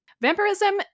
Vampirism